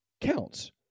counts